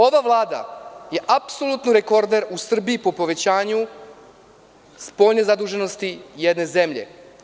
Ova Vlada je apsolutni rekorder u Srbiji po povećanju spoljne zaduženosti jedne zemlje.